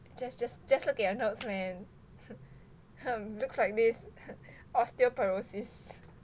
just just just look at your notes man looks like this osteoporosis